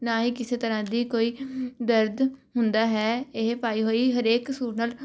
ਨਾ ਹੀ ਕਿਸੇ ਤਰ੍ਹਾਂ ਦੀ ਕੋਈ ਦਰਦ ਹੁੰਦਾ ਹੈ ਇਹ ਪਾਈ ਹੋਈ ਹਰੇਕ ਸੂਟ ਨਾਲ